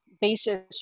basis